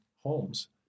homes